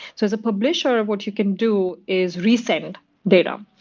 so as a publisher, what you can do is resend data,